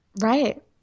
right